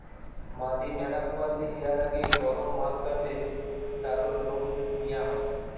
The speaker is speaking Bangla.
মাদি ম্যাড়া পুয়াতি হিয়ার আগে গরম মাস গা তে তারুর লম নিয়া হয়